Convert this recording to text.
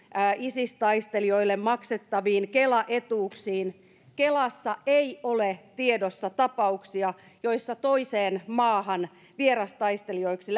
isis taistelijoille maksettaviin kela etuuksiin kelassa ei ole tiedossa tapauksia joissa toiseen maahan vierastaistelijoiksi